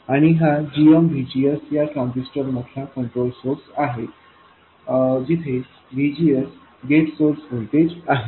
आणि हा gmVGS या ट्रान्झिस्टर मधला कंट्रोल सोर्स आहे जिथे VGS गेट सोर्स व्होल्टेज आहे